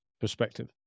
perspective